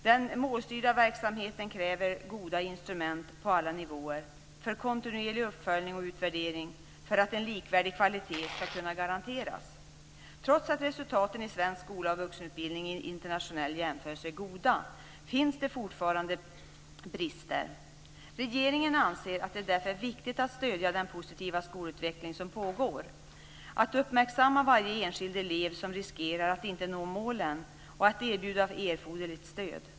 Den målstyrda verksamheten kräver goda instrument på alla nivåer för kontinuerlig uppföljning och utvärdering för att en likvärdig kvalitet ska kunna garanteras. Trots att resultaten i svensk skola och vuxenutbildning i internationell jämförelse är goda finns det fortfarande brister. Regeringen anser att det därför är viktigt att stödja den positiva skolutveckling som pågår, att uppmärksamma varje enskild elev som riskerar att inte nå målen och att erbjuda erforderligt stöd.